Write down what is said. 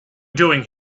doing